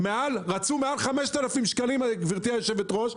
גברתי היושבת-ראש,